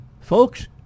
Folks